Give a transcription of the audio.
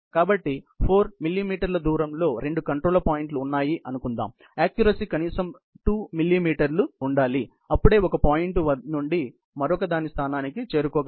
కాబట్టి 4 మిమీ దూరంలో రెండు కంట్రోల్ పాయింట్లు ఉన్నాయని అనుకుందాం ఆక్క్యురసీ కనీసం 2 మిమీ ఉండాలి అప్పుడే ఒక పాయింట్ నుండి మరొక దాని స్థానానికి చేరుకోగలదు